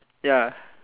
ya